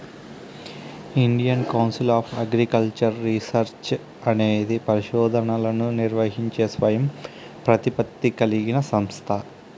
Indian council of agricultural research అనేది పరిశోధనలను నిర్వహించే స్వయం ప్రతిపత్తి కలిగిన సంస్థ